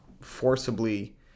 forcibly